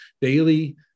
daily